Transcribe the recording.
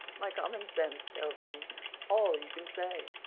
my common sense tells me all you can say,